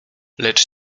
lecz